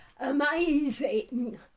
amazing